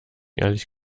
ehrlich